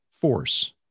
force